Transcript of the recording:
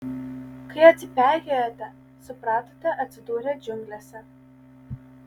kai atsipeikėjote supratote atsidūrę džiunglėse